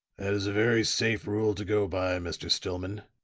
that is a very safe rule to go by, mr. stillman,